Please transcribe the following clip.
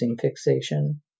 fixation